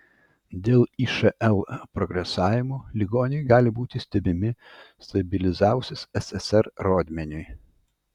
dėl išl progresavimo ligoniai gali būti stebimi stabilizavusis ssr rodmeniui